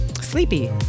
Sleepy